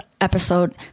episode